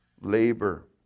labor